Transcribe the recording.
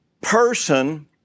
person